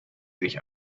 sich